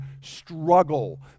struggle